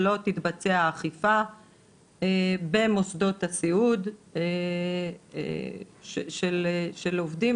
שלא תתבצע אכיפה במוסדות הסיעוד של עובדים.